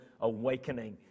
awakening